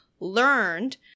Learned